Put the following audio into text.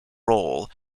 role